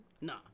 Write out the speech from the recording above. nah